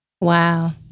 Wow